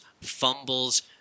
fumbles